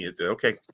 Okay